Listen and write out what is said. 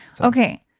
Okay